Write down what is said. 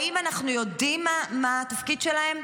האם אנחנו יודעים מה התפקיד שלהם?